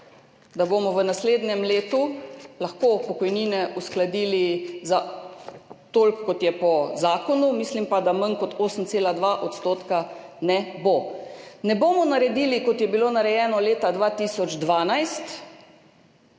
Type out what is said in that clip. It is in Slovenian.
da bomo v naslednjem letu lahko pokojnine uskladili za toliko, kot je po zakonu, mislim pa, da manj kot 8,2 % ne bo. Ne bomo naredili, kot je bilo narejeno leta 2012,